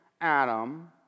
Adam